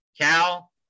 Cal